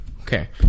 Okay